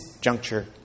juncture